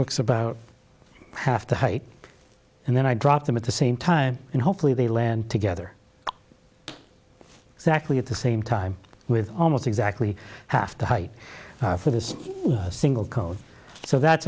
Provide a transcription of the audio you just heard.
looks about half the height and then i drop them at the same time and hopefully they land together exactly at the same time with almost exactly half the height for this single code so that's